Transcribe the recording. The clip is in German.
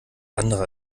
andere